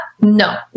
No